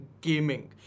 gaming